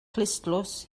clustdlws